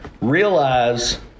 realize